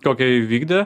kokią ji vykdė